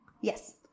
Yes